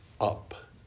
up